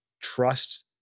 trust